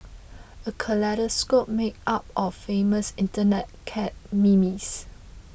a kaleidoscope made up of famous Internet cat memes